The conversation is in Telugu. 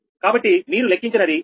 కాబట్టి మీరు లెక్కించినది ∆Q20 ∆Q30